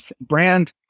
brand